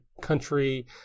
country